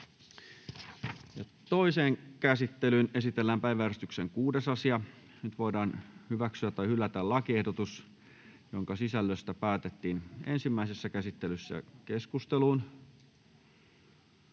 Toiseen käsittelyyn esitellään päiväjärjestyksen 5. asia. Nyt voidaan hyväksyä tai hylätä lakiehdotus, jonka sisällöstä päätettiin ensimmäisessä käsittelyssä. — Keskusteluun.